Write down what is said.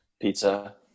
pizza